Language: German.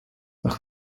nach